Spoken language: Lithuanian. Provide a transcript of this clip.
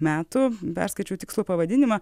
metų perskaičiau tikslų pavadinimą